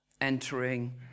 Entering